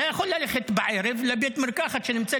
אתה יכול ללכת בערב לבית מרקחת שנמצא